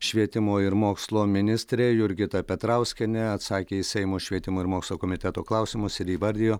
švietimo ir mokslo ministrė jurgita petrauskienė atsakė į seimo švietimo ir mokslo komiteto klausimus ir įvardijo